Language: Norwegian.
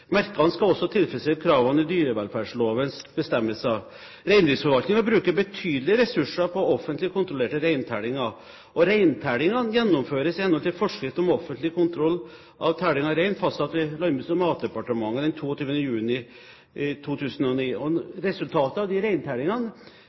Merkene skal også tilfredsstille kravene i dyrevelferdslovens bestemmelser. Reindriftsforvaltningen bruker betydelige ressurser på offentlig kontrollerte reintellinger, og reintellingene gjennomføres i henhold til forskrift om offentlig kontroll av telling av rein, fastsatt i Landbruks- og matdepartementet den 22. juni i 2009. Resultatet av reintellingene og